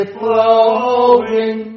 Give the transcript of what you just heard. flowing